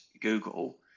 Google